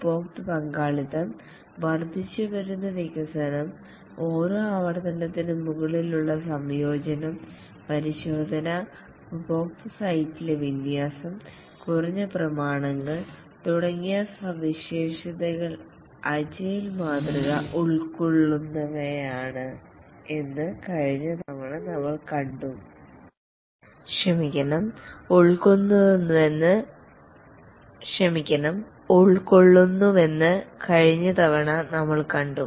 ഉപഭോക്തൃ പങ്കാളിത്തം വർദ്ധിച്ചുവരുന്ന വികസനം ഓരോ ആവർത്തനത്തിനും മുകളിലുള്ള സംയോജനം പരിശോധന ഉപഭോക്തൃ സൈറ്റിലെ വിന്യാസം കുറഞ്ഞ പ്രമാണങ്ങൾ തുടങ്ങിയ സവിശേഷതകൾ എജൈൽ മാതൃക ഉൾക്കൊള്ളുന്നുവെന്ന് കഴിഞ്ഞ തവണ നമ്മൾ കണ്ടു